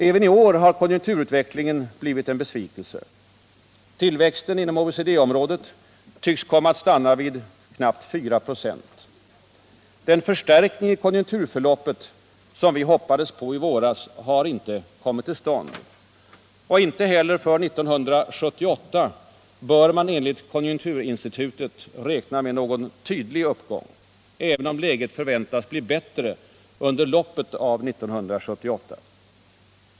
Även i år har konjunkturutvecklingen blivit en besvikelse. Tillväxten inom OECD-området tycks komma att stanna vid knappt 4 96. Den förstärkning i konjunkturförloppet som vi hoppades på i våras har inte kommit till stånd. Inte heller för 1978 bör man enligt konjunkturinstitutet räkna med någon tydlig uppgång, även om läget förväntas bli bättre under loppet av 1978.